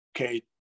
okay